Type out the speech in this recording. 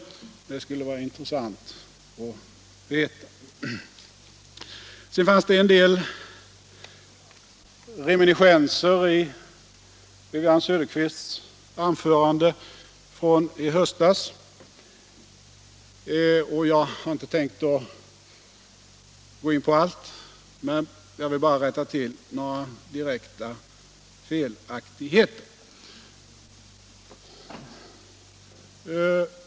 Det skulle vara intressant att veta. I Wivi-Anne Cederqvists anförande fanns en del reminiscenser från i höstas. Jag har inte tänkt gå in på allt utan vill bara rätta till några direkta felaktigheter.